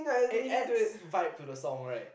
it adds vibe to the song right